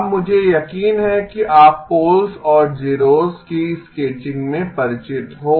अब मुझे यकीन है कि आप पोल्स और ज़ेरोस की स्केचिंग में परिचित हो